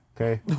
okay